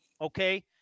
Okay